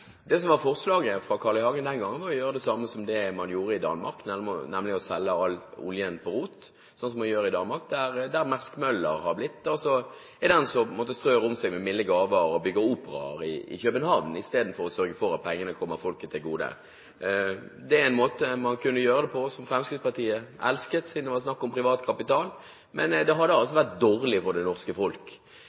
Det ene er: Det som var forslaget fra Carl I. Hagen den gangen, var å gjøre det samme som det man gjorde i Danmark, nemlig å selge oljen på rot. Slik gjør man i Danmark, der Mærsk Møller er den som strør om seg med milde gaver og bygger opera i København, istedenfor å sørge for at pengene kommer folket til gode. Det er en måte man kunne gjøre det på – som Fremskrittspartiet ville elsket, siden det var snakk om privat kapital – men det hadde altså vært dårlig for det norske folk.